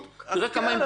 תראה כמה הם דיברו.